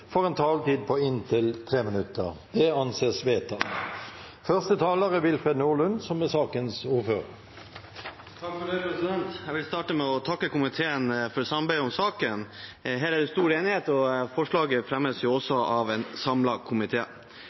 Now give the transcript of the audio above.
får en taletid på inntil 3 minutter. – Det anses vedtatt. Jeg vil starte med å takke komiteen for samarbeidet om saken. Her er det stor enighet, og forslaget fremmes av en